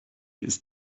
ist